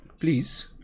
please